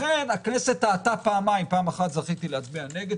לכן הכנסת טעתה פעמיים פעם אחת זכיתי להצביע נגד,